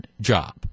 job